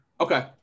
Okay